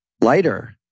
Lighter